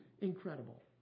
incredible